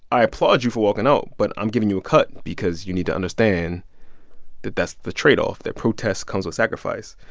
i applaud you for walking out, but i'm giving you a cut because you need to understand that that's the trade-off that protest comes with sacrifice.